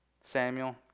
Samuel